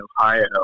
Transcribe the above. Ohio